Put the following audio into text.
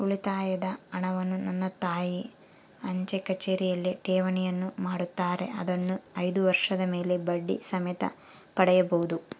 ಉಳಿತಾಯದ ಹಣವನ್ನು ನನ್ನ ತಾಯಿ ಅಂಚೆಕಚೇರಿಯಲ್ಲಿ ಠೇವಣಿಯನ್ನು ಮಾಡುತ್ತಾರೆ, ಅದನ್ನು ಐದು ವರ್ಷದ ಮೇಲೆ ಬಡ್ಡಿ ಸಮೇತ ಪಡೆಯಬಹುದು